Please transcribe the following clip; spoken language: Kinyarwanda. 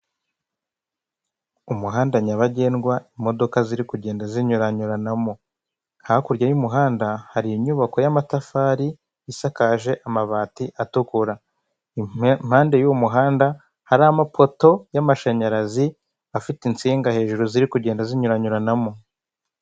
Umuhanda nyabagendwa, imodoka ziri kugenda zinyuranyuranamo. Hakurya y'umuhanda, hari inyubako y'amatafari isakaje amabati atukura. Impande y'uwo muhanda hari amapoto y'amashanyarazi afite insinga hejuru ziri kugenda zinyuranyuranamo.